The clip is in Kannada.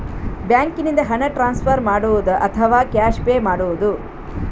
ಬ್ಯಾಂಕಿನಿಂದ ಹಣ ಟ್ರಾನ್ಸ್ಫರ್ ಮಾಡುವುದ ಅಥವಾ ಕ್ಯಾಶ್ ಪೇ ಮಾಡುವುದು?